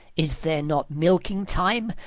is there not milking-time,